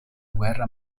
guerra